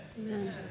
Amen